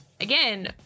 again